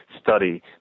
study